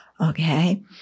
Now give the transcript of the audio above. okay